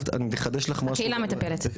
הקהילה מטפלת?